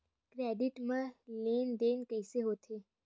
Credit मा लेन देन कइसे होथे?